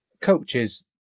coaches